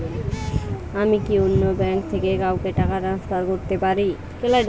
আমি কি অন্য ব্যাঙ্ক থেকে কাউকে টাকা ট্রান্সফার করতে পারি?